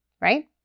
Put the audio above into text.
Right